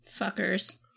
Fuckers